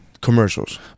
commercials